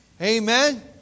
Amen